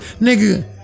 nigga